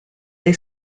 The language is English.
they